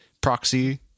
proxy